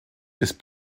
ist